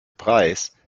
preis